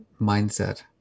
mindset